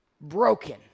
broken